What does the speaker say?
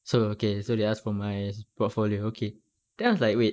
so okay so they asked for my porfolio okay then I was like wait